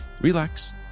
relax